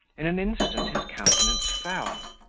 in an instant his countenance fell.